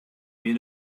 мен